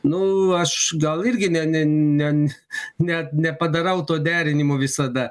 nu aš gal irgi ne ne ne ne nepadarau to derinimo visada